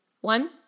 one